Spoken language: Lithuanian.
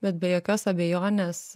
bet be jokios abejonės